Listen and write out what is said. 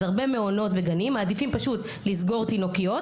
אז הרבה מעונות וגנים מעדיפים פשוט לסגור תינוקיות,